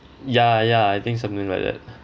ya ya I think something like that